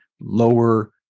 lower